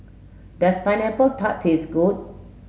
does pineapple tart taste good